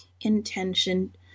intention